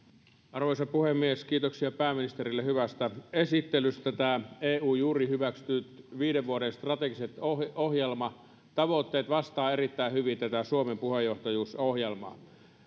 arvoisa puhemies kiitoksia pääministerille hyvästä esittelystä nämä eun juuri hyväksytyt viiden vuoden strategiset ohjelmatavoitteet vastaavat erittäin hyvin tätä suomen puheenjohtajuusohjelmaa